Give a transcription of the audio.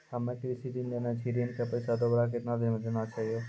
हम्मे कृषि ऋण लेने छी ऋण के पैसा दोबारा कितना दिन मे देना छै यो?